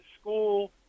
school